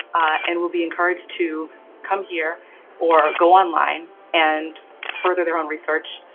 and will be encouraged to come here or go online and further their own research,